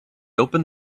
open